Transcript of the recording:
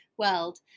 world